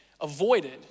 avoided